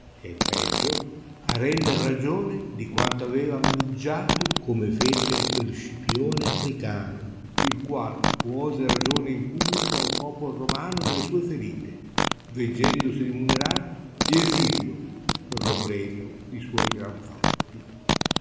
il peggio a render ragione di quanto aveva maniggiato come fece quel scipione africano il qual puose ragione in publico al popol romano delle sue ferite veggendosi rimunerar di essilio per lo premio di suoi gran fatti